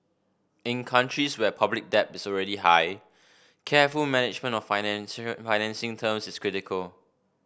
in countries where public debt is already high careful management of financing financing terms is critical